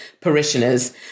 parishioners